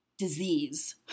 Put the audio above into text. disease